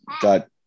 got